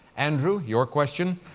andrew, your question,